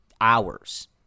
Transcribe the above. hours